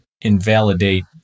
invalidate